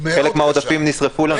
חלק מהעודפים נשרפו לנו.